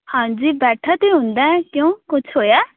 ਹਾਂਜੀ ਬੈਠਾ ਤਾਂ ਹੁੰਦਾ ਹੈ ਕਿਉਂ ਕੁਛ ਹੋਇਆ